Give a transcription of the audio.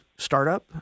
startup